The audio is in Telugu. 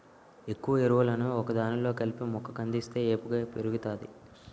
ఎక్కువ ఎరువులను ఒకదానిలో కలిపి మొక్క కందిస్తే వేపుగా పెరుగుతాది